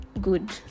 good